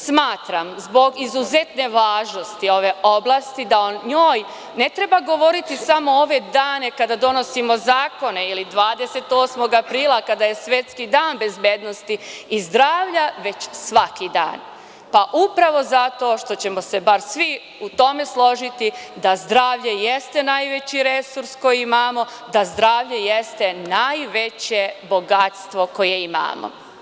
Smatram zbog izuzetne važnosti ove oblasti da o njoj ne treba govoriti samo ove dane kada donosimo zakone, ili 28. aprila kada je svetski dan bezbednosti i zdravlja, već svaki dan upravo zato što ćemo se svi u tome složiti da zdravlje jeste najveći resurs koji imamo, da zdravlje jeste najveće bogatstvo koje imamo.